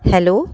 hello